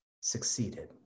succeeded